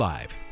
Live